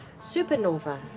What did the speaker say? supernova